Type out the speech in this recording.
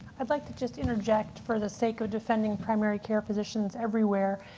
i'd like to just interject for the sake of defending primary care physicians everywhere,